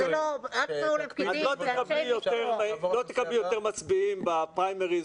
את לא תקבלי יותר מצביעים בפריימריז